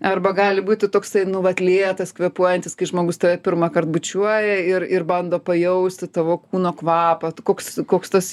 arba gali būti toksai nu vat lėtas kvėpuojantis kai žmogus tave pirmąkart bučiuoja ir ir bando pajausti tavo kūno kvapą tu koks koks tas